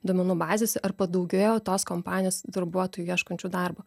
duomenų bazėse ar padaugėjo tos kompanijos darbuotojų ieškančių darbo